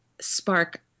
spark